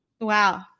Wow